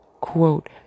Quote